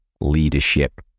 leadership